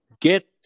Get